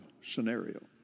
scenario